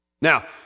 Now